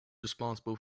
responsible